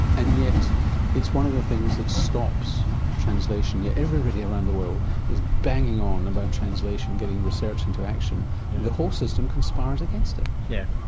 and yet it's one of the things that stops translation, yet everybody around the world is banging on about translation, getting research into action, but the whole system conspires against it. yes,